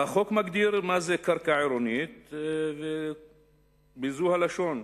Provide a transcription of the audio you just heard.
החוק מגדיר מה זו קרקע עירונית בזו הלשון: